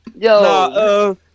Yo